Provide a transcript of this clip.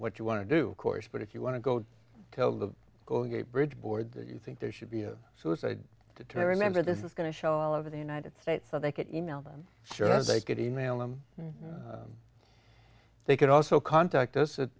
what you want to do course but if you want to go tell the golden gate bridge board that you think they should be a suicide to to remember this is going to show all over the united states so they can email them sure as they get email him they can also contact us at